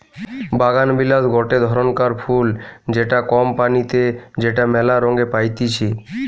বাগানবিলাস গটে ধরণকার ফুল যেটা কম পানিতে যেটা মেলা রঙে পাইতিছি